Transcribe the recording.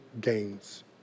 gains